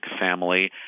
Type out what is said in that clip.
family